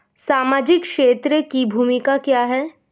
सामाजिक क्षेत्र की भूमिका क्या है?